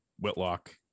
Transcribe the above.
Whitlock